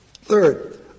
Third